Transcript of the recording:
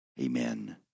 Amen